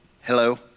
Hello